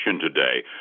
today